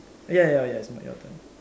ya ya yes it's m~ your turn